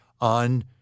on—